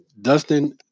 Dustin